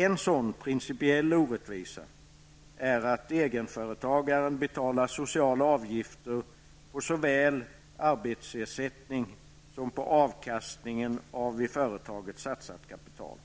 En sådan principiell orättvisa är att egenföretagaren betalar sociala avgifter på såväl arbetsersättning som avkastning av i företaget satsat kapital.